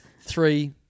Three